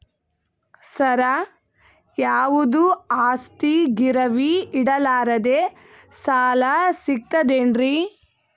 ಸರ, ಯಾವುದು ಆಸ್ತಿ ಗಿರವಿ ಇಡಲಾರದೆ ಸಾಲಾ ಸಿಗ್ತದೇನ್ರಿ?